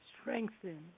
Strengthen